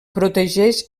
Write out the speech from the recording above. protegeix